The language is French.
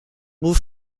beau